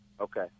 Okay